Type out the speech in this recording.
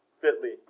fitly